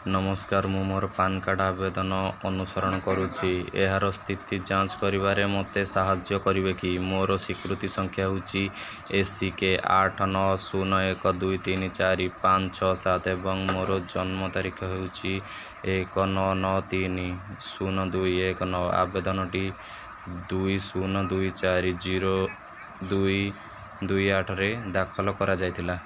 ନମସ୍କାର ମୁଁ ମୋର ପାନ୍ କାର୍ଡ଼ ଆବେଦନ ଅନୁସରଣ କରୁଛି ଏହାର ସ୍ଥିତି ଯାଞ୍ଚ କରିବାରେ ମୋତେ ସାହାଯ୍ୟ କରିବେ କି ମୋର ସ୍ୱୀକୃତି ସଂଖ୍ୟା ହେଉଛି ଏସିକେ ଆଠ ନଅ ଶୂନ ଏକ ଦୁଇ ତିନି ଚାରି ପାଞ୍ଚ ଛଅ ସାତ ଏବଂ ମୋର ଜନ୍ମ ତାରିଖ ହେଉଛି ଏକ ନଅ ନଅ ତିନି ଶୂନ ଦୁଇ ଏକ ନଅ ଆବେଦନଟି ଦୁଇ ଶୂନ ଦୁଇ ଚାରି ଜିରୋ ଦୁଇ ଦୁଇ ଆଠରେ ଦାଖଲ କରାଯାଇଥିଲା